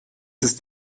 ist